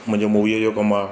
मुंहिंजो मूवीअ जो कमु आहे